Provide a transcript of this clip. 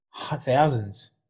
thousands